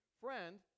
friend